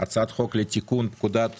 הצעת חוק לתיקון פקודת